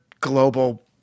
global